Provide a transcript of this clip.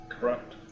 correct